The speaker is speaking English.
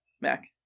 mac